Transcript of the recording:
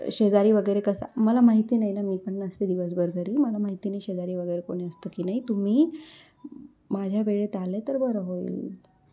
शेजारी वगैरे कसा मला माहिती नाही ना मी पण नसते दिवसभर घरी मला माहिती नाही शेजारी वगैरे कोणी असतं की नाही तुम्ही माझ्या वेळेत आले तर बरं होईल